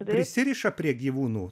prisiriša prie gyvūnų